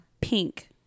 Pink